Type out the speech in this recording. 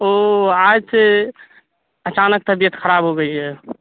او آج سے اچانک طبیعت خراب ہو گئی ہے